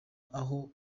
aho